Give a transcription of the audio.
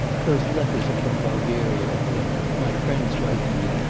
those letters are from bulgaria, elena my friends write to me,